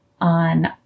on